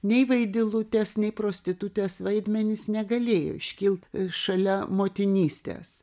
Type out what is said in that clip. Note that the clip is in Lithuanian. nei vaidilutės nei prostitutės vaidmenys negalėjo iškilt šalia motinystės